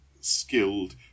skilled